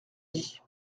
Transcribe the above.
dit